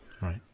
Right